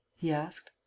he asked.